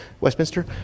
Westminster